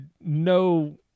no